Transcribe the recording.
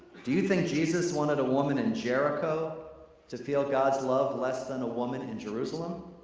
do you think jesus wanted a woman in jericho to feel god's love less than a woman in jerusalem?